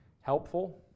helpful